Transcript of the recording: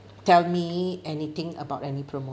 tell me anything about any promotion